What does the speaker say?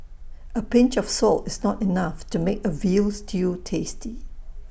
A pinch of salt is not enough to make A Veal Stew tasty